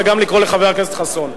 וגם לקרוא לחבר הכנסת חסון.